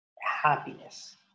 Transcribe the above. happiness